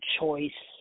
choice